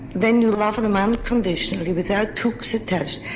then you love them unconditionally without hooks attached.